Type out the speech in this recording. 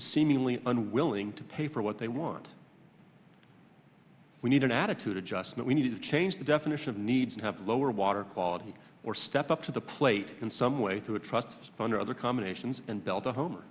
seemingly unwilling to pay for what they want we need an attitude adjustment we need to change the definition of need to have lower water quality or step up to the plate than some away to a trust fund or other combinations and build a home